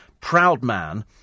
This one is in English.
Proudman